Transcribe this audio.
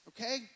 okay